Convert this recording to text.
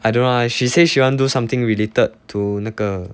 I don't want she says she want do something related to 那个